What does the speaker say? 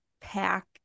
pack